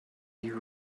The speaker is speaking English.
you